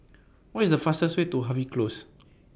What IS The fastest Way to Harvey Close